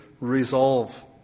resolve